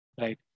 Right